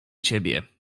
ciebie